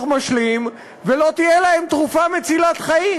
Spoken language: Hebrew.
משלים ולא תהיה להם תרופה מצילת חיים.